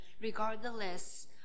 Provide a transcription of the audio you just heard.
regardless